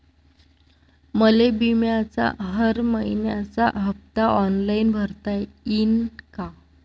मले बिम्याचा हर मइन्याचा हप्ता ऑनलाईन भरता यीन का?